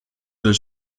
del